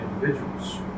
individuals